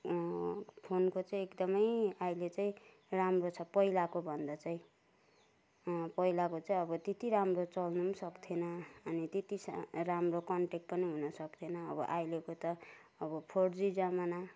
फोनको चाहिँ एकदमै अहिले चाहिँ राम्रो छ पहिलाको भन्दा चाहिँ पहिलाको चाहिँ अब त्यति राम्रो चल्नु पनि सक्थेन अनि त्यति सा राम्रो कन्ट्याक्ट पनि हुन सक्थेन अब अहिलेको त अब फोरजी जमाना